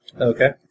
Okay